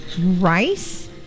rice